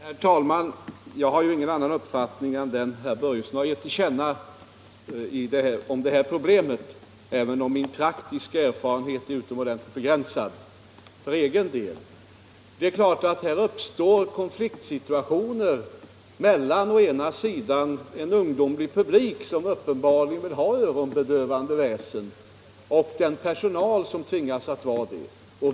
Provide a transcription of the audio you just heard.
Herr talman! Jag har ju ingen annan uppfattning om det här problemet än den herr Börjesson i Falköping har gett till känna, även om min egen praktiska erfarenhet är utomordentligt begränsad. Det är klart att här uppstår konfliktsituationer mellan å ena sidan en ungdomlig publik, som uppenbarligen vill ha öronbedövande väsen, och den personal som tvingas uppleva det.